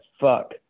fuck